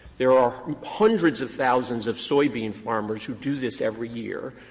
there are hundreds of thousands of soybean farmers who do this every year.